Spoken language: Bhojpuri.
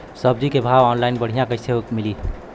सब्जी के भाव ऑनलाइन बढ़ियां कइसे मिली?